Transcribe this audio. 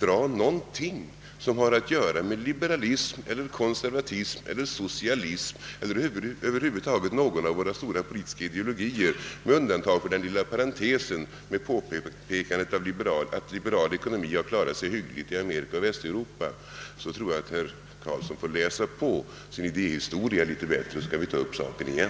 finna någonting som har att göra med liberalism, konservatism eller socialism eller över huvud taget med någon av våra stora politiska ideologier — med undantag för den lilla parantesen med påpekandet av att liberal ekonomi har klarat sig hyggligt i Amerika och Västeuropa — tror jag att herr Carlsson i Tyresö får läsa på sin idéhistoria litet bättre. Sedan kan vi ta upp saken igen.